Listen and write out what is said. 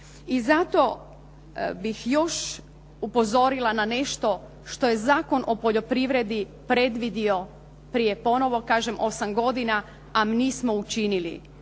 I zato bih još upozorila na nešto što je Zakon o poljoprivredi predvidio prije ponovo kažem 8 godina, a nismo učinili